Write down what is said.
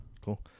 Cool